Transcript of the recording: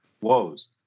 woes